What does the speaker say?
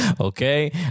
okay